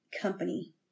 company